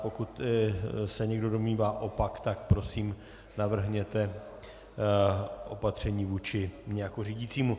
Pokud se někdo domnívá opak, tak prosím navrhněte opatření vůči mně jako řídícímu.